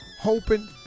Hoping